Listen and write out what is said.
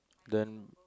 then